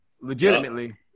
legitimately